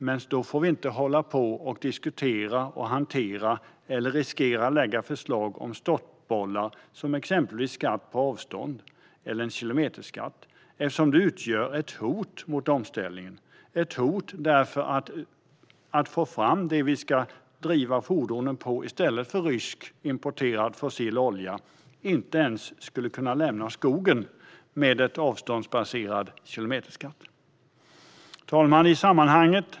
Men då får vi inte diskutera, hantera eller riskera att lägga fram förslag som blir stoppklossar, som exempelvis skatt på avstånd eller en kilometerskatt, eftersom det utgör ett hot mot omställningen. Det är ett hot om vi ska få fram det vi ska driva fordonen med i stället för rysk importerad fossil olja om vi inte ens skulle kunna nämna skogen i samband med en avståndsbaserad kilometerskatt. Herr talman!